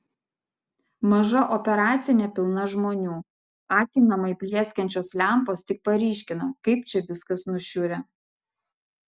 maža operacinė pilna žmonių akinamai plieskiančios lempos tik paryškina kaip čia viskas nušiurę